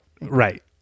Right